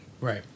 Right